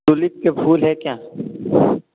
tulip के फूल हैं क्या